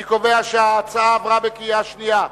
אני קובע שההצעה עברה בקריאה שנייה.